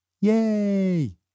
Yay